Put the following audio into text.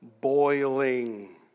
boiling